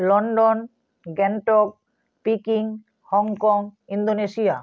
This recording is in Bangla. London Gangtok Peking Hong Kong Indonesia